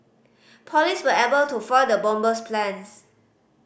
police were able to foil the bomber's plans